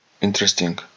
Interesting